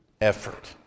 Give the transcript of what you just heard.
effort